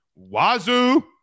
Wazoo